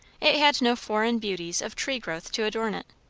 it had no foreign beauties of tree growth to adorn it,